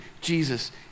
Jesus